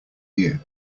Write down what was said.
year